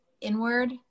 Inward